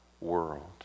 world